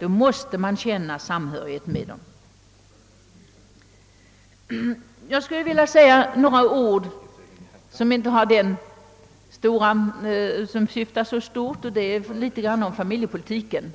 då måste man känna samhörighet. Jag skulle sedan vilja säga några ord om ett ämne som inte har samma stora syftning. Det gäller familjepolitiken.